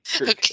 Okay